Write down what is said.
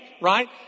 right